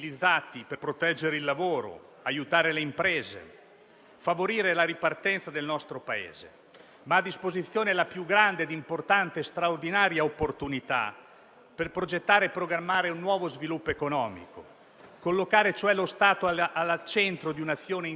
Abbiamo fatto tutto questo mettendo al primo posto il diritto alla salute. Promuovere la qualità del sistema sanitario e programmare i necessari investimenti per caratterizzare il nuovo volto della medicina territoriale non è utile solo per rispondere al primario diritto alla salute,